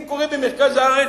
אם זה קורה במרכז הארץ,